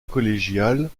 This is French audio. collégiale